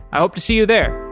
i hope to see you there.